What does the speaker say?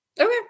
Okay